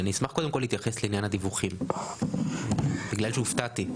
אשמח להתייחס לעניין הדיווחים בגלל שהופתעתי,